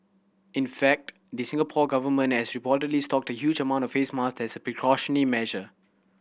in fact the Singapore Government has reportedly stocked a huge amount of face masks precautionary measure